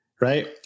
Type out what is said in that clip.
right